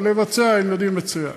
אבל לבצע הם יודעים מצוין.